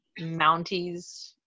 Mounties